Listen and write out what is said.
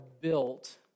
built